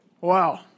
Wow